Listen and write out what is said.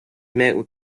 met